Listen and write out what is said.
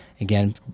again